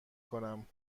کنم